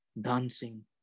dancing